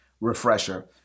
refresher